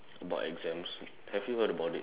about exams have you heard about it